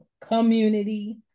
community